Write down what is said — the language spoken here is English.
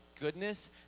goodness